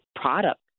product